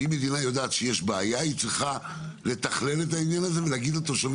ואם המדינה יודעת שיש בעיה היא צריכה לתכלל את העניין הזה ולהגיד